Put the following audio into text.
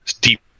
deep